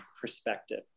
perspective